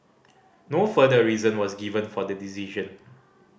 no further reason was given for the decision